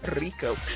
Rico